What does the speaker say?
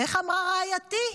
איך אמרה רעייתי?